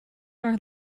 are